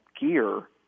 gear